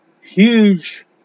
huge